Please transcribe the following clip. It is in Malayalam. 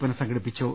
പുനഃസംഘടിപ്പിച്ചു